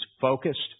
focused